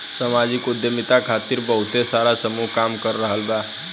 सामाजिक उद्यमिता खातिर बहुते सारा समूह काम कर रहल बा